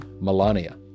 Melania